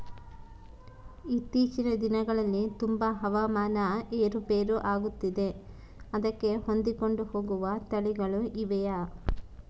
ಇತ್ತೇಚಿನ ದಿನಗಳಲ್ಲಿ ತುಂಬಾ ಹವಾಮಾನ ಏರು ಪೇರು ಆಗುತ್ತಿದೆ ಅದಕ್ಕೆ ಹೊಂದಿಕೊಂಡು ಹೋಗುವ ತಳಿಗಳು ಇವೆಯಾ?